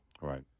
Right